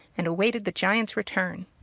and awaited the giant's return.